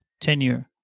tenure